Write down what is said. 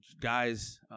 guy's